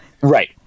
right